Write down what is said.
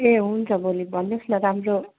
ए हुन्छ भोलि भन्नुहोस् न राम्रो